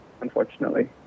unfortunately